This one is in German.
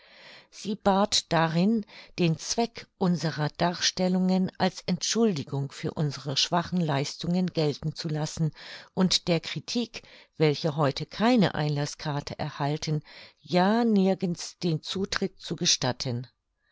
sie bat darin den zweck unserer darstellungen als entschuldigung für unsere schwachen leistungen gelten zu lassen und der kritik welche heute keine einlaßkarte erhalten ja nirgends den zutritt zu gestatten